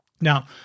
Now